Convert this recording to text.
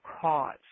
cause